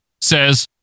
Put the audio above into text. says